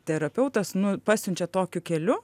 terapeutas nu pasiunčia tokiu keliu